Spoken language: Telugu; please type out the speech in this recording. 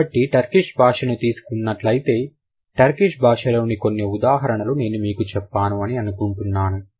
కాబట్టి టర్కిష్ భాషను తీసుకున్నట్లయితే టర్కిష్ భాషలోని కొన్ని ఉదాహరణలు నేను మీకు చెప్పాను అని అనుకుంటున్నాను